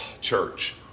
Church